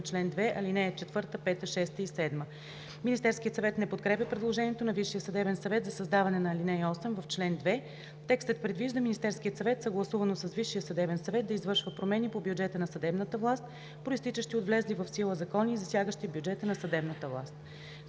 чл. 2, ал. 4, 5, 6 и 7. Министерският съвет не подкрепя предложението на Висшия съдебен съвет за създаване на ал. 8 в чл. 2. Текстът предвижда Министерският съвет, съгласувано с Висшия съдебен съвет, да извършва промени по бюджета на съдебната власт, произтичащи от влезли в сила закони и засягащи бюджета на съдебната власт.